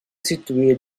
située